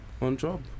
On-job